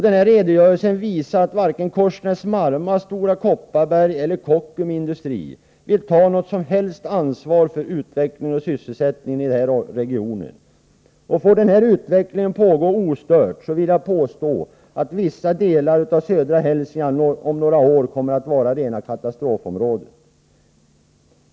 Den här redogörelsen visar att varken Korsnäs-Marma eller Stora Kopparberg eller Kockums Industri vill ta något som helst ansvar för utvecklingen och sysselsättningen i den här regionen. Jag vill påstå att om den här utvecklingen får pågå ostörd, kommer vissa delar av södra Hälsingland om några år att vara rena katastrofområdet.